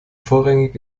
vorrangig